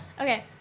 Okay